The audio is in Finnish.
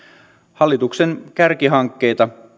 hallituksen kärkihankkeita